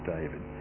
David